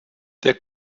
der